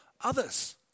others